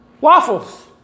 waffles